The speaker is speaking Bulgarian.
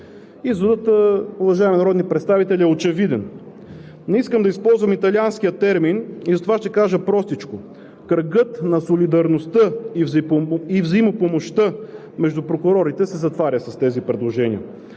Изводът, уважаеми народни представители, е очевиден. Не искам да използвам италианския термин и затова ще кажа простичко: кръгът на солидарността и взаимопомощта между прокурорите се затваря с тези предложения.